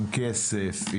עם כסף,